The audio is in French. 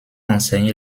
enseigné